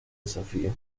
desafío